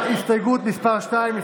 ההסתייגות לא